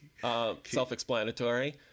self-explanatory